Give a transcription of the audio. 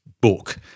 book